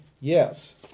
yes